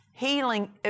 Healing